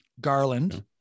Garland